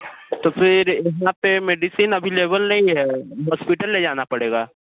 तो फिर यहाँ पे मेडिसिन अविलेबल नहीं है हॉस्पिटल ले जाना पड़ेगा